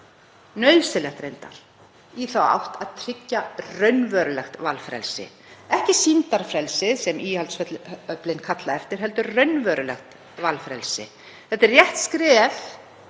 nauðsynlegt reyndar, í þá átt að tryggja raunverulegt valfrelsi, ekki sýndarfrelsið sem íhaldsöflin kalla eftir heldur raunverulegt valfrelsi. Þetta er rétt skref